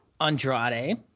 Andrade